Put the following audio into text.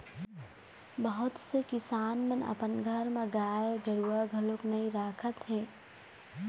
बहुत से किसान मन अपन घर म गाय गरूवा घलोक नइ राखत हे